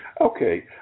Okay